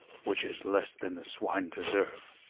which is less than the swine deserve,